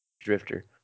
Drifter